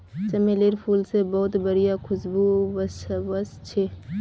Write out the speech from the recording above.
चमेलीर फूल से बहुत बढ़िया खुशबू वशछे